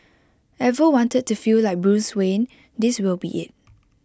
ever wanted to feel like Bruce Wayne this will be IT